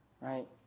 right